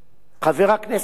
ישבת באותה ישיבה,